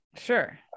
Sure